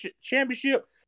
championship